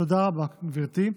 תודה רבה, גברתי.